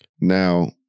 Now